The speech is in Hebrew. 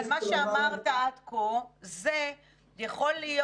אבל מה שאמרת עד כה זה שיכול להיות